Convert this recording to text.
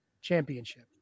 championship